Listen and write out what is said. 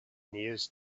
news